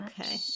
Okay